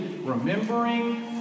remembering